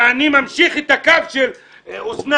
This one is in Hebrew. ואני ממשיך את הקו של אוסנת: